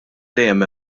dejjem